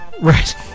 Right